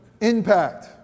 impact